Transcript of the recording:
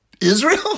Israel